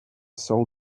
sole